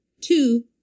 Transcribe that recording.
two